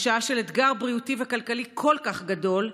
בשעה של אתגר בריאותי וכלכלי כל כך גדול,